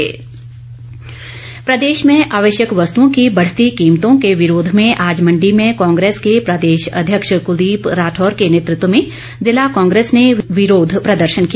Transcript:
कांग्रेस प्रदर्शन प्रदेश में आवश्यक वस्तुओं की बढ़ती कीमतों के विरोध में आज मंडी में कांग्रेस के प्रदेश अध्यक्ष कुलदीप राठौर के नेतृत्व में ज़िला कांग्रेस ने विरोध प्रदर्शन किया